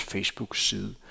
Facebook-side